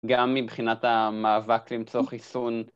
גם מבחינת המאבק למצוא חיסון